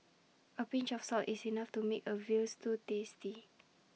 A pinch of salt is enough to make A Veal Stew tasty